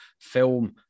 film